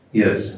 yes